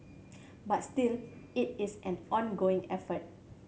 but still it is an ongoing effort